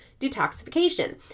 detoxification